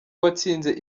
watsinze